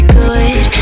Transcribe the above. good